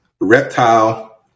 Reptile